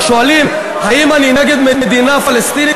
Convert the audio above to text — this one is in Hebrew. למה אתה מפחד לקבל החלטות?